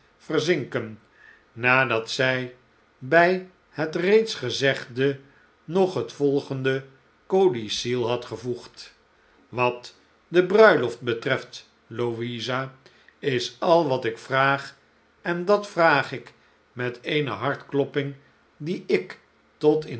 verzinken nadat zij bij het reeds gezegde nog het volgende codicil had gevoegd wat de bruiloft betreft louisa is al wat ik vraag en dat vraag ik met eene hartklopping die ik tot